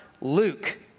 Luke